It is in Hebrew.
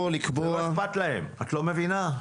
לא איכפת להם את לא מבינה?